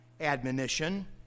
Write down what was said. admonition